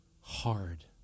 hard